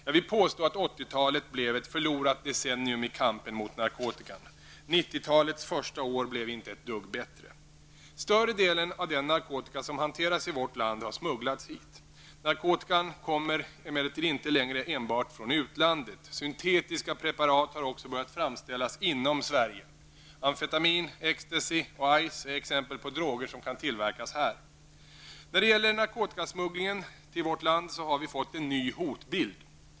Jag vill påstå att 80-talet blev ett förlorat decennium i kampen mot narkotikan. 90-talets första år blev inte ett dugg bättre. Större delen av den narkotika som hanteras i vårt land har smugglats hit. Narkotikan kommer emellertid inte längre enbart från utlandet. Syntetiska preparat har också börjat framställas i Sverige. Amfetamin, Ecstasy och Ice är exempel på droger som kan tillverkas här. När det gäller narkotikasmugglingen till vårt land har vi fått en ny hotbild.